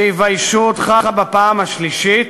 שיביישו אותך בפעם השלישית?